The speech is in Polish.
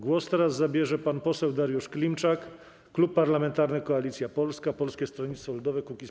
Głos zabierze pan poseł Dariusz Klimczak, Klub Parlamentarny Koalicja Polska - Polskie Stronnictwo Ludowe - Kukiz15.